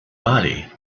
body